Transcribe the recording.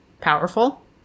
powerful